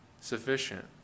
sufficient